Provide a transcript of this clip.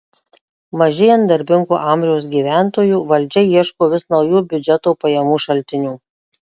mažėjant darbingo amžiaus gyventojų valdžia ieško vis naujų biudžeto pajamų šaltinių